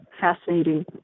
fascinating